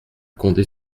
condé